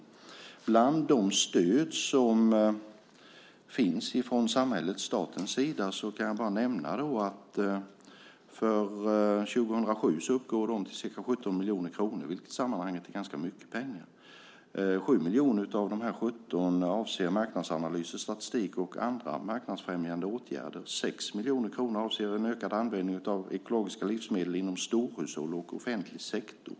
När det gäller de stöd som finns från samhällets, statens, sida kan jag bara nämna att de för 2007 uppgår till ca 17 miljoner kronor, vilket i sammanhanget är ganska mycket pengar. 7 miljoner av de här 17 avser marknadsanalyser, statistik och andra marknadsfrämjande åtgärder. 6 miljoner kronor avser en ökad användning av ekologiska livsmedel inom storhushåll och offentlig sektor.